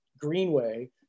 Greenway